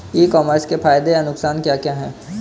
ई commerce के फायदे या नुकसान क्या क्या हैं?